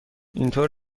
اینطور